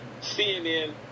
CNN